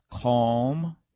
calm